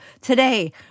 today